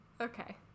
Okay